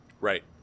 Right